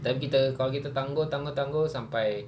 time kita kalau kita tangguh tangguh tangguh sampai